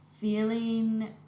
feeling